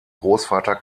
großvater